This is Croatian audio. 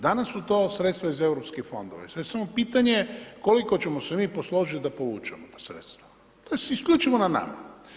Danas su to sredstva iz EU fondova i sad je samo pitanje koliko ćemo se mi posložit da povučemo ta sredstva, to je isključivo na nama.